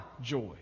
joy